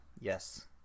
yes